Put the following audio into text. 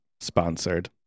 sponsored